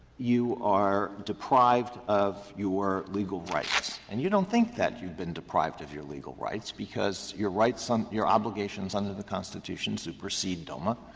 you are deprived of your legal rights. and you don't think that you've been deprived of your legal rights because your rights um your obligations under the constitution supercede doma,